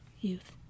youth